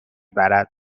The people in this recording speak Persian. برد